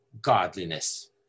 godliness